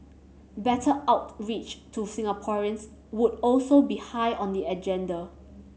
better outreach to Singaporeans would also be high on the agenda